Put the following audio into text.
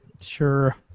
Sure